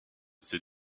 ces